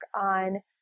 on